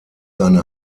seine